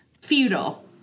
Feudal